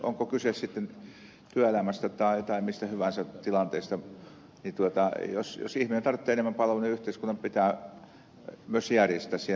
on kyse sitten työelämästä tai mistä hyvänsä tilanteesta niin jos ihminen tarvitsee enemmän palveluja niin yhteiskunnan pitää myös järjestää siinä tapauksessa